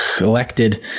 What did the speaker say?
elected